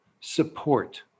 support